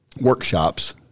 workshops